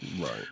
Right